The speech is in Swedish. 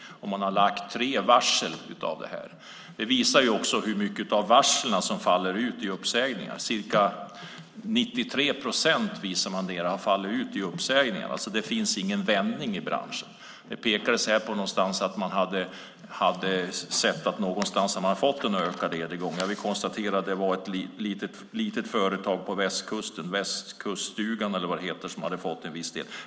Man har lagt tre varsel. Ca 93 procent av varslen faller ut i uppsägningar. Det finns ingen vändning i branschen. Det konstaterades att ett litet företag på västkusten, Västkuststugan hade fått en ökad orderingång.